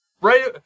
right